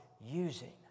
using